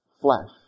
flesh